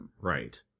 right